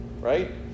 Right